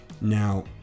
now